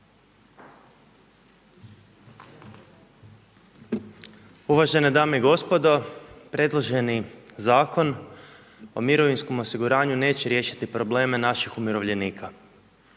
Uvažene dame i gospodo, predloženi Zakon o mirovinskom osiguranju neće riješiti probleme naših umirovljenika.